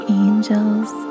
angels